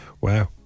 Wow